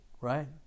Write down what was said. right